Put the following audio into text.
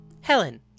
Helen